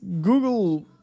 Google